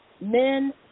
men